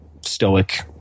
Stoic